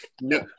No